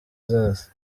zose